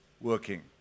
working